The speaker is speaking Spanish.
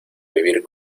vivir